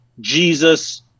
Jesus